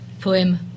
poem